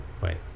Wait